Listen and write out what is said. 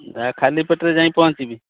ଖାଲି ପେଟରେ ଯାଇଁ ପହଞ୍ଚିବି